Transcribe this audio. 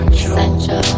Essential